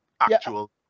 actual